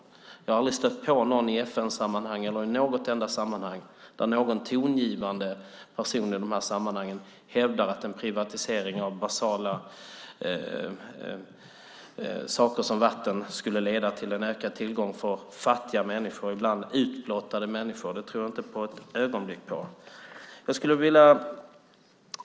Jag har aldrig i FN-sammanhang eller i något enda sammanhang stött på någon tongivande person som i dessa sammanhang har hävdat att en privatisering av basala saker som vatten skulle leda till en ökad tillgång för fattiga och ibland utblottade människor. Det tror jag inte ett ögonblick på.